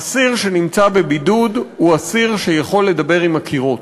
אסיר שנמצא בבידוד הוא אסיר שיכול לדבר עם הקירות,